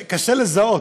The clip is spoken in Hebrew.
קשה, קשה לזהות.